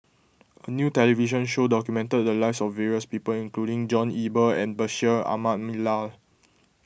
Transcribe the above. a new television show documented the lives of various people including John Eber and Bashir Ahmad Mallal